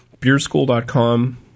beerschool.com